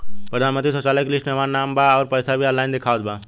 प्रधानमंत्री शौचालय के लिस्ट में हमार नाम बा अउर पैसा भी ऑनलाइन दिखावत बा